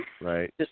Right